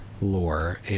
lore